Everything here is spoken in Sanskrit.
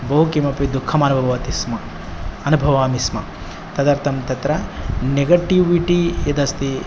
बहु किमपि दुःखम् अनुभवति स्म अनुभवामि स्म तदर्थं तत्र नेगटीविटी यद् अस्ति